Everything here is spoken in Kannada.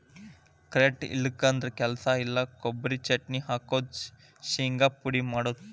ಕರೆಂಟ್ ಇಲ್ಲಿಕಂದ್ರ ಕೆಲಸ ಇಲ್ಲಾ, ಕೊಬರಿ ಚಟ್ನಿ ಹಾಕುದು, ಶಿಂಗಾ ಪುಡಿ ಮಾಡುದು